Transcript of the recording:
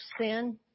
sin